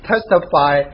Testify